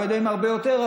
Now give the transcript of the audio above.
לא יודע אם הרבה יותר,